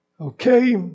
Okay